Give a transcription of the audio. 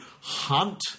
hunt